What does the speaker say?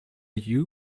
you